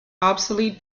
obsolete